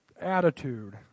attitude